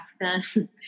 Africa